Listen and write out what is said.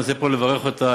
אני רוצה כאן לברך אותה,